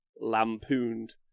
lampooned